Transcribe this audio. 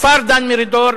בשר דן מרידור,